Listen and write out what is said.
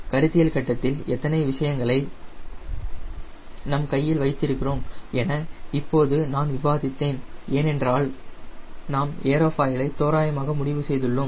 கருத்தியல் கட்டத்தில் எத்தனை விஷயங்களை நம் கையில் வைத்திருக்கிறோம் என இப்போது நான் விவாதித்தேன் ஏனென்றால் நாம் ஏரோஃபாயிலை தோராயமாக முடிவு செய்துள்ளோம்